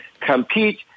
compete